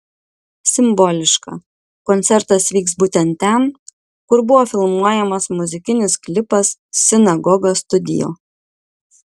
simboliška koncertas vyks būtent ten kur buvo filmuojamas muzikinis klipas sinagoga studio